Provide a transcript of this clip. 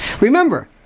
Remember